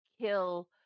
kill